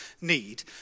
need